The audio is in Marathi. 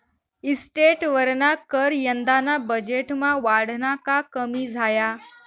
इस्टेटवरना कर यंदाना बजेटमा वाढना का कमी झाया?